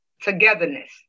togetherness